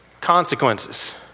consequences